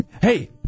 Hey